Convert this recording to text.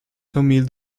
tommy